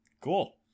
Cool